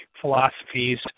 philosophies